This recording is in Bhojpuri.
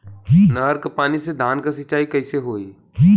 नहर क पानी से धान क सिंचाई कईसे होई?